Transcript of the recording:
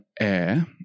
air